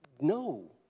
no